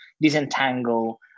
disentangle